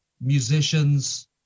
musicians